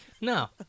No